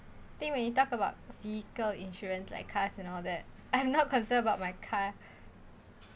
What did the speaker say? I think when you talk about vehicle insurance like cars and all that I have not concerned about my car